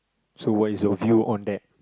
so what is your view on that